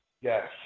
Yes